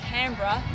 Canberra